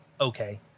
okay